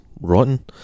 rotten